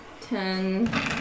Ten